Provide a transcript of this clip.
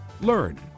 Learn